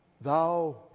thou